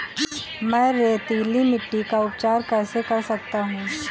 मैं रेतीली मिट्टी का उपचार कैसे कर सकता हूँ?